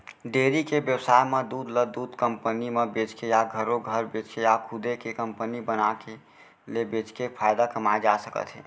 dairy के बेवसाय म दूद ल दूद कंपनी म बेचके या घरो घर बेचके या खुदे के कंपनी बनाके ले बेचके फायदा कमाए जा सकत हे